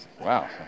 Wow